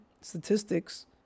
statistics